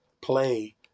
play